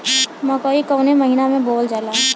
मकई कवने महीना में बोवल जाला?